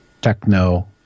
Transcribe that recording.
techno